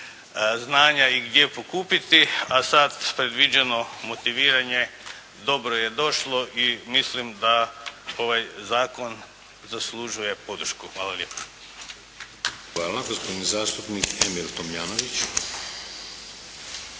znanja i gdje pokupiti, a sada predviđeno motiviranje dobro je došlo i mislim da ovaj zakon zaslužuje podršku. Hvala lijepa. **Šeks, Vladimir (HDZ)** Hvala. Gospodin zastupnik Emil Tomljanović.